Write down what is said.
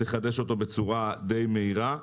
צריך לחדש אותו בצורה די מהירה.